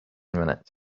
minutes